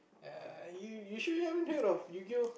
ya you you should ever heard of Yu-gi-oh